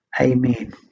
Amen